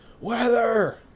Weather